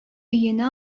өенә